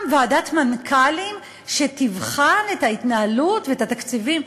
ועדת מנכ"לים שתבחן את ההתנהלות ואת התקציבים.